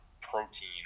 protein